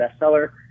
bestseller